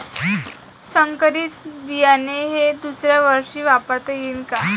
संकरीत बियाणे हे दुसऱ्यावर्षी वापरता येईन का?